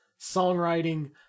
songwriting